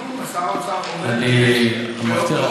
אני מבטיח לך,